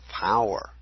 power